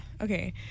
Okay